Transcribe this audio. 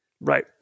Right